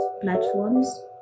platforms